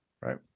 Right